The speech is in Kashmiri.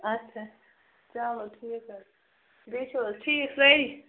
اَچھا چَلو ٹھیٖک حظ چھُ بیٚیہِ چھِو حظ ٹھیٖک سٲری